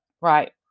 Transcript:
Right